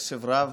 בקשב רב